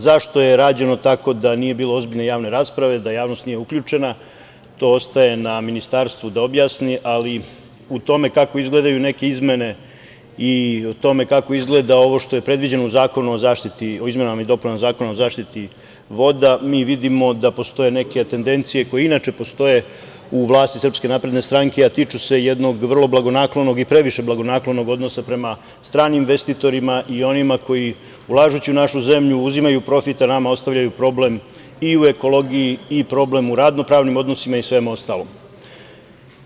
Zašto je rađeno tako da nije bilo ozbiljne javne rasprave, da javnost nije uključena, to ostaje na Ministarstvu da objasni, ali o tome kako izgledaju neke izmene i o tome kako izgleda ovo što je predviđeno u izmenama i dopunama Zakona o zaštiti voda mi vidimo da postoje neke tendencije, koje inače postoje u vlasti SNS, a tiču se jednog vrlo blagonaklonog i previše blagonaklonog odnosa prema stranim investitorima i onima koji, ulažući u našu zemlju, uzimaju profit, a nama ostavljaju problem i u ekologiji i problem u radno-pravnim odnosima i svemu ostalom.